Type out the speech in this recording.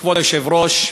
כבוד היושב-ראש,